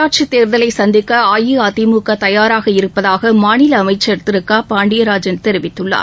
உள்ளாட்சித் தேர்தலை சந்திக்க அஇஅதிமுக தயாராக இருப்பதாக மாநில அமைச்சர் திரு க பாண்டியராஜன் தெரிவித்திருக்கிறார்